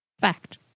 Fact